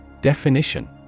Definition